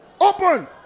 open